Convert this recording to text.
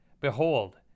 Behold